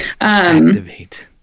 Activate